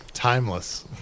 Timeless